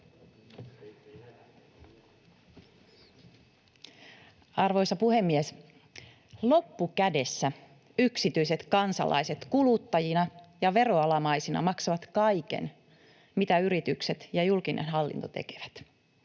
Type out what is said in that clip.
Arvoisa puhemies! Loppukädessä yksityiset kansalaiset kuluttajina ja veroalamaisina maksavat kaiken, mitä yritykset ja julkinen hallinto tekevät.